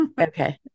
Okay